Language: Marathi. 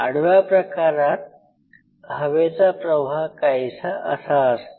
आडव्या प्रकारात हवेचा प्रवाह काहीसा असा असतो